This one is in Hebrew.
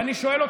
ואני שואל אותך,